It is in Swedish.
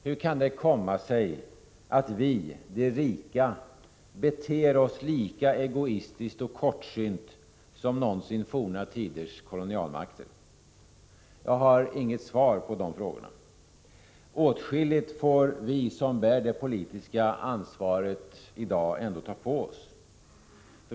Hur kan det komma sig att vi, de rika, beter oss lika egoistiskt och kortsynt som någonsin forna tiders kolonialmakter? Jag har inget svar på de frågorna. Åtskilligt får vi som bär det politiska ansvaret i dag ändå ta på oss.